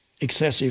excessive